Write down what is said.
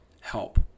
Help